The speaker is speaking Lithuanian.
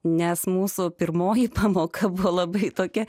nes mūsų pirmoji pamoka buvo labai tokia